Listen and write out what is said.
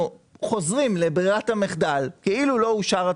אנחנו חוזרים לברירת המחדל כאילו לא אושר התקציב,